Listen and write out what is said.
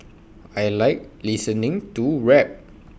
I Like listening to rap